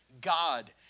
God